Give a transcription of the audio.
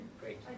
great